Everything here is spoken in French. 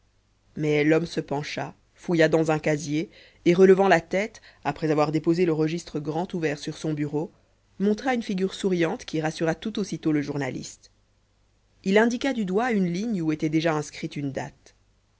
mais l'homme se pencha fouilla dans un casier et relevant la tête après avoir déposé le registre grand ouvert sur son bureau montra une figure souriante qui rassura tout aussitôt le journaliste il indiqua du doigt une ligne où était déjà inscrite une date